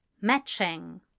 matching